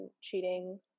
cheating